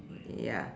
ya